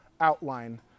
outline